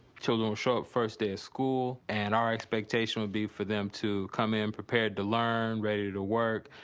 children would show up the first day of school and our expectation would be for them to come in prepared to learn, ready to work,